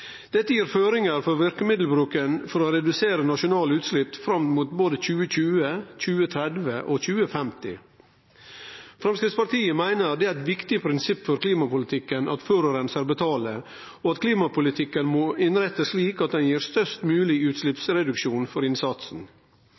Dette gir føringar for verkemiddelbruken for å redusere nasjonale utslepp fram mot både 2020, 2030 og 2050. Framstegspartiet meiner det er eit viktig prinsipp for klimapolitikken at den som forureinar, betalar, og at klimapolitikken må innrettast slik at han gir størst mogleg utsleppsreduksjon for innsatsen.